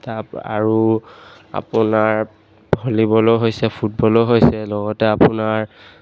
তাৰপৰা আৰু আপোনাৰ ভলীবলো হৈছে ফুটবলো হৈছে লগতে আপোনাৰ